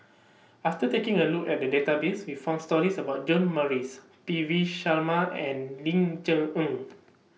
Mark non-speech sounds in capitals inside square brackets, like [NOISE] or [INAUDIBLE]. after taking A Look At The Database We found stories about John Morrice P V Sharma and Ling Cher Eng [NOISE]